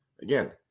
Again